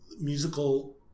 musical